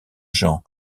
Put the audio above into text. jean